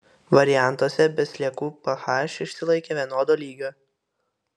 variantuose be sliekų ph išsilaikė vienodo lygio